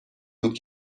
بود